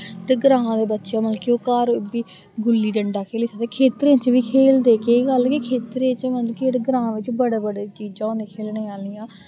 ते ग्रांऽ दे बच्चे मतलब कि ओह् घर बी गुल्ली डंडा खेत्तरें च बी खेलदे केह् गल्ल के खेत्तरें च मतलब कि जेह्ड़ा ग्रांऽ बिच्च बड़ी बड़ी चीजां होंदियां खेलने आह्लियां